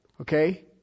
Okay